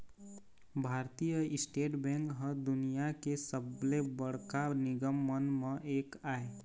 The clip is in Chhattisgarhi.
भारतीय स्टेट बेंक ह दुनिया के सबले बड़का निगम मन म एक आय